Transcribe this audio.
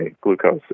glucose